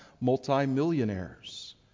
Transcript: multi-millionaires